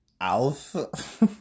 ALF